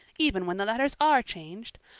even when the letters are changed.